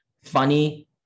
funny